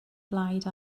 blaid